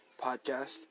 Podcast